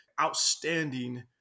outstanding